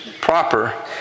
proper